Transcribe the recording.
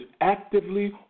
actively